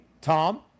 Tom